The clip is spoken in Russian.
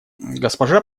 госпожа